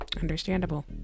Understandable